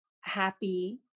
happy